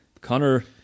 Connor